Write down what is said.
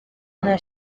nta